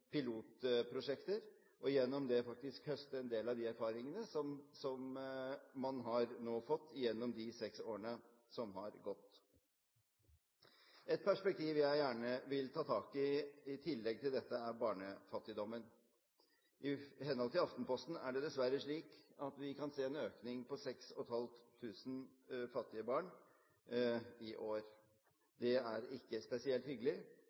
pilotprosjekter og gjennom det faktisk høste en del av de erfaringene som man nå har fått gjennom de seks årene som har gått. Et perspektiv jeg gjerne vil ta tak i, i tillegg til dette, er barnefattigdommen. I henhold til Aftenposten er det dessverre slik at vi kan se en økning på 6 500 fattige barn i år. Det er ikke spesielt hyggelig,